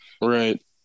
Right